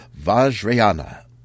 Vajrayana